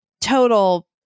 total